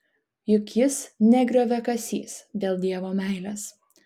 juk jis ne grioviakasys dėl dievo meilės